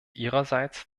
ihrerseits